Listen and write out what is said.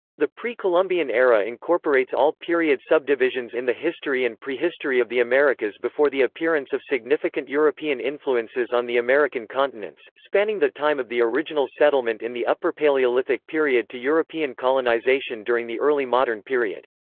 the pre-columbian era incorporates all period subdivisions in the history and prehistory of the americas before the appearance of significant european influences on the american continents, spanning the time of the original settlement in the upper paleolithic period to european colonization during the early modern period.